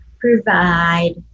provide